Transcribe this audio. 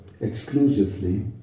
exclusively